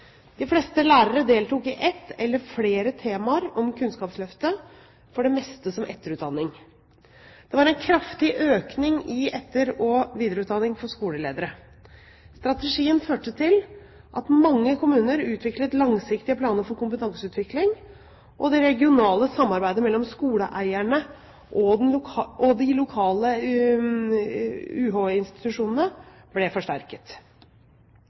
De fleste lærere deltok i ett eller flere temaer om Kunnskapsløftet, for det meste som etterutdanning. Det var en kraftig økning i etter- og videreutdanning for skoleledere. Strategien førte til at mange kommuner utviklet langsiktige planer for kompetanseutvikling, og det regionale samarbeidet mellom skoleeierne og de lokale UH-institusjonene ble forsterket.